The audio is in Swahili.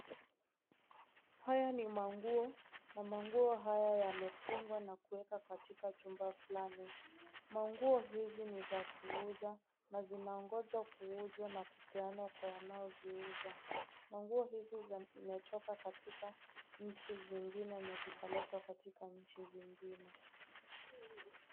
Haya ni manguo na manguo haya yamefungwa na kuwekwa katika chumba fulani manguo hizi ni za kuuza na zinangoja kuuzwa na kupeanwa kwa wanaoziuza manguo hizi zimetoka katika nchi zingine na zikaletwa nchi zingine .